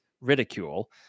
ridicule